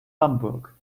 hamburg